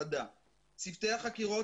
שלה על-ידי המשל"ט.